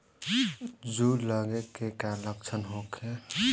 जूं लगे के का लक्षण का होखे?